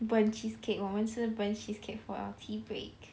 burnt cheesecake 我们吃 burnt cheesecake for our tea break